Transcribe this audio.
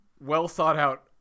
well-thought-out